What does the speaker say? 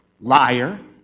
Liar